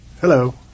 Hello